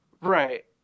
Right